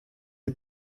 est